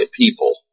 people